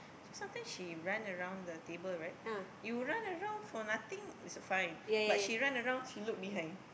so sometime she run around the table right you run around for nothing is fine but she run around she look behind